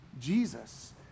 Jesus